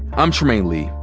i'm trymaine lee,